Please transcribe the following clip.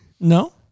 No